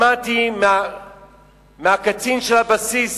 שמעתי מהקצין של הבסיס